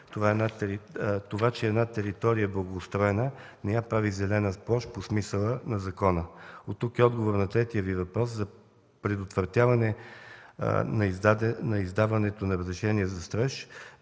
Това, че една територия е благоустроена, не я прави зелена площ по смисъла на закона. Оттук и отговорът на третия Ви въпрос – за предотвратяване на издаването на разрешение за строеж,